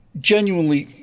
Genuinely